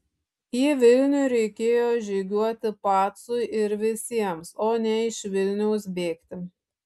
į vilnių reikėjo žygiuoti pacui ir visiems o ne iš vilniaus bėgti